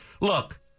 Look